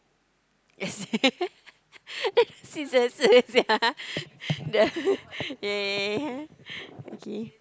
is it scissors yeah yeah yeah yeah yeah yeah okay